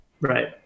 Right